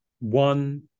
one